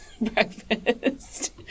breakfast